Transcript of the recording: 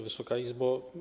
Wysoka Izbo!